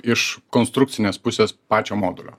iš konstrukcinės pusės pačio modulio